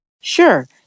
Sure